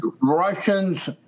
Russians